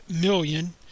million